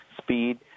speed